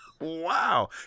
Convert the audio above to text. wow